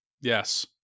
Yes